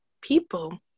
people